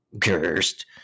Cursed